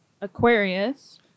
Aquarius